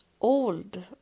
old